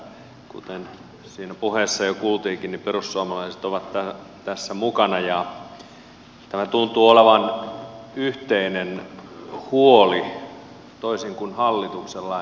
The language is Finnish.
kuten siinä puheessa jo kuultiinkin perussuomalaiset ovat tässä mukana ja tämä tuntuu olevan yhteinen huoli toisin kuin hallituksella